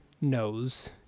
knows